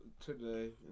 today